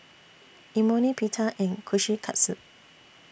Imoni Pita and Kushikatsu